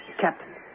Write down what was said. Captain